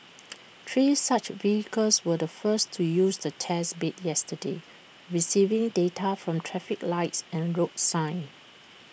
three such vehicles were the first to use the test bed yesterday receiving data from traffic lights and road signs